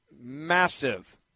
massive